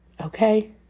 Okay